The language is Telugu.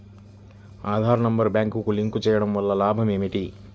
ఆధార్ నెంబర్ బ్యాంక్నకు లింక్ చేయుటవల్ల లాభం ఏమిటి?